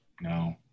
no